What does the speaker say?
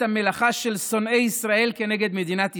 המלאכה של שונאי ישראל נגד מדינת ישראל,